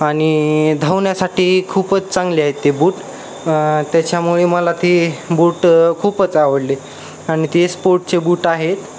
आणि धावण्यासाठी खूपच चांगले आहेत ते बूट त्याच्यामुळे मला ती बूट खूपच आवडली आणि ते स्पोर्टचे बूट आहेत